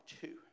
two